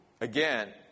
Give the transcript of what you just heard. Again